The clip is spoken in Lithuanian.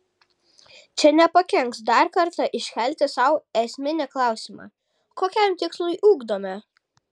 čia nepakenks dar kartą iškelti sau esminį klausimą kokiam tikslui ugdome